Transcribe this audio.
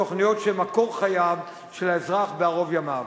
תוכניות שהן מקור חייו של האזרח בערוב ימיו.